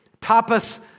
Tapas